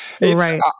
right